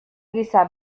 gisa